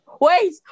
Wait